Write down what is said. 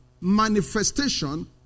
manifestation